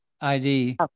ID